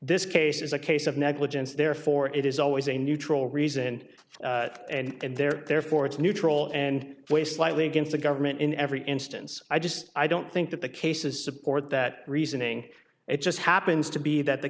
this case is a case of negligence therefore it is always a neutral reason and there therefore it's neutral and way slightly against the government in every instance i just i don't think that the cases support that reasoning it just happens to be that the